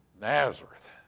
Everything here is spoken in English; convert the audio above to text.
Nazareth